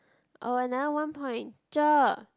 orh another one point ~cher